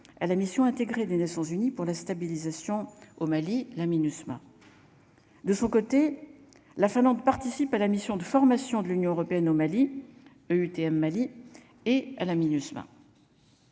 à la Mission intégrée des Nations unies pour la stabilisation au Mali, la Minusma. De son côté, la Finlande, participe à la mission de formation de l'Union européenne au Mali EUTM Mali et à la Minusma.